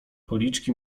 policzki